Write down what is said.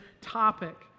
topic